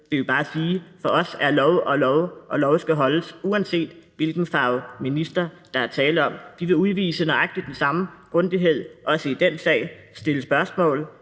Jeg vil bare sige, at for os er lov jo lov, og lov skal holdes, uanset hvilken farve minister der er tale om. Vi vil udvise nøjagtig den samme grundighed i den sag: stille spørgsmål,